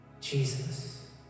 Jesus